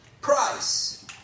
price